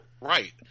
right